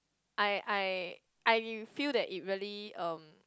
I I I feel that it really um